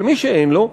אבל מי שאין לו,